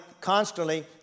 constantly